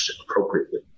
appropriately